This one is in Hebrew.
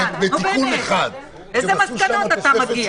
בדרך כלל אנחנו מאשרים את התקנות בכללותן.